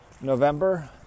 November